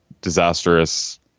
disastrous